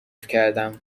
کردم